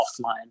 offline